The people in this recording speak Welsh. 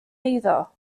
eiddo